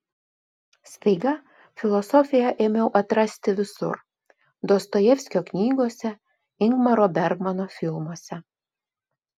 staiga filosofiją ėmiau atrasti visur dostojevskio knygose ingmaro bergmano filmuose